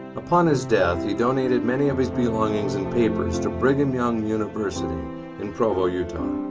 upon his death he donated many of his belongings and papers to brigham young university in provo utah.